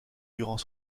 durant